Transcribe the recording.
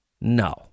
No